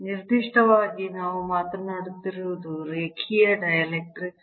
ನಿರ್ದಿಷ್ಟವಾಗಿ ನಾವು ಮಾತನಾಡುತ್ತಿರುವುದು ರೇಖೀಯ ಡೈಎಲೆಕ್ಟ್ರಿಕ್ಸ್